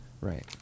Right